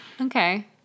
Okay